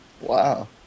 Wow